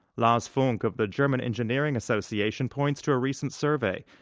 lars funk of the german engineering association points to a recent survey.